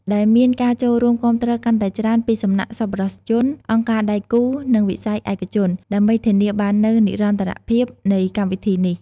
ដែលមានការចូលរួមគាំទ្រកាន់តែច្រើន ពីសំណាក់សប្បុរសជន អង្គការដៃគូ និងវិស័យឯកជន ដើម្បីធានាបាននូវនិរន្តរភាពនៃកម្មវិធីនេះ។